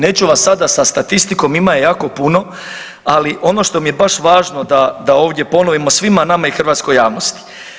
Neću vas sada sa statistikom, ima je jako puno, ali ono što mi je baš važno da, da ovdje ponovimo svima nama i hrvatskoj javnosti.